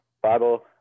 Bible